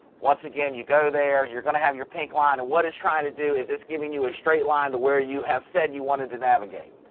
once again you go there you're gonna have your pink line and what is trying to do is it's giving you a straight line to where you have said you wanted to navigate.